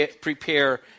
prepare